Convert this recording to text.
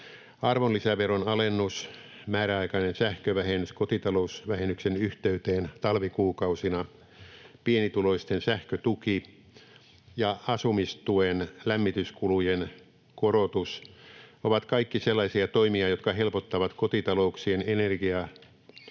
Arvonlisäveron alennus, määräaikainen sähkövähennys kotitalousvähennyksen yhteyteen talvikuukausina, pienituloisten sähkötuki ja asumistuen lämmityskulujen korotus ovat kaikki sellaisia toimia, jotka helpottavat kotitalouksien energiamenojen